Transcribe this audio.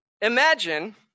Imagine